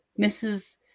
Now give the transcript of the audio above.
Mrs